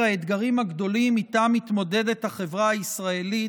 האתגרים הגדולים שאיתם מתמודדת החברה הישראלית,